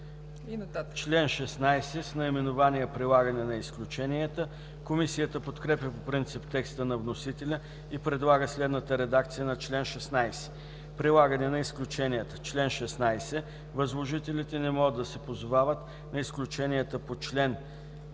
Член 16 с наименование „Прилагане на изключенията”. Комисията подкрепя по принцип текста на вносителя и предлага следната редакция на чл. 16: „Прилагане на изключенията Чл. 16. Възложителите не могат да се позовават на изключенията по чл.